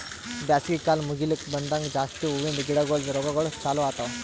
ಬ್ಯಾಸಗಿ ಕಾಲ್ ಮುಗಿಲುಕ್ ಬಂದಂಗ್ ಜಾಸ್ತಿ ಹೂವಿಂದ ಗಿಡಗೊಳ್ದು ರೋಗಗೊಳ್ ಚಾಲೂ ಆತವ್